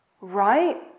right